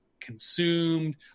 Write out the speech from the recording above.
consumed